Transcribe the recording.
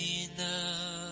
enough